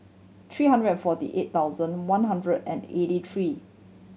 three hundred and forty eight thousand one hundred and eighty three